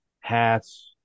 hats